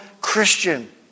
Christian